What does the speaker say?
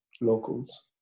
locals